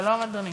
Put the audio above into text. שלום, אדוני,